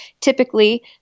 Typically